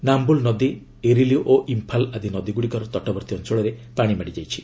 ନାୟୁଲ ନଦୀ ଇରିଲି ଓ ଇମ୍ଫାଲ ଆଦି ନଦୀଗ୍ରଡିକର ତଟବର୍ତ୍ତୀ ଅଞ୍ଚଳରେ ପାଣି ମାଡିଯାଇଛି